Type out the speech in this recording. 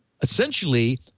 essentially